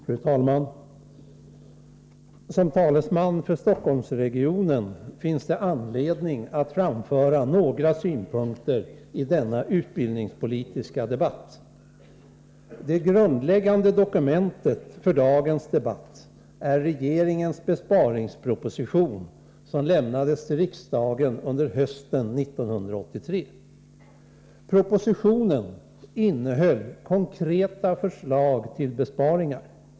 Fru talman! Som talesman för Stockholmsregionen har jag anledning att framföra några synpunkter i denna utbildningspolitiska debatt. Det grundläggande dokumentet för dagens debatt är regeringens besparingsproposition, som lämnades till riksdagen under hösten 1983. Propositionen innehöll konkreta förslag till besparingar.